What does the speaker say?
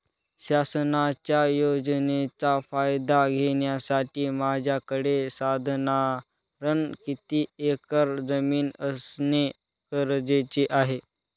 शासनाच्या योजनेचा फायदा घेण्यासाठी माझ्याकडे साधारण किती एकर जमीन असणे गरजेचे आहे?